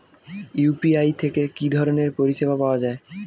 UPI থেকে কি ধরণের পরিষেবা পাওয়া য়ায়?